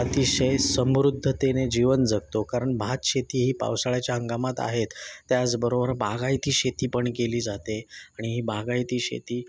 अतिशय समृद्धतेने जीवन जगतो कारण भात शेती ही पावसाळ्याच्या हंगामात आहेत त्याचबरोबर बागायती शेती पण केली जाते आणि ही बागायती शेती